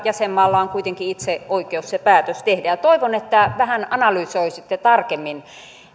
jäsenmaalla on kuitenkin itse oikeus se päätös tehdä toivon että vähän analysoisitte tarkemmin